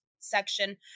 section